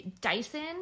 Dyson